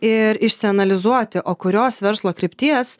ir išsianalizuoti o kurios verslo krypties